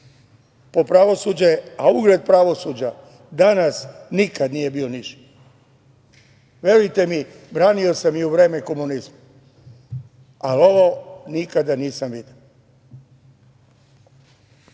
po pravosuđe, a ugled pravosuđa danas nikad nije bio niži. Verujte mi, branio sam i u vreme komunizma, ali ovo nikada nisam video.